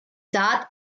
saat